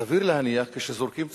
סביר להניח, כשזורקים פצצה,